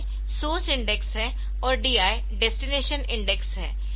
SI source index है और DI destination index है